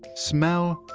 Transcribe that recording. smell,